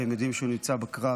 והם יודעים שהוא נמצא בקרב.